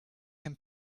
him